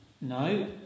No